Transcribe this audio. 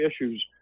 issues